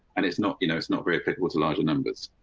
and it's not. you know, it's not very applicable to larger numbers.